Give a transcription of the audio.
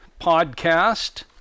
podcast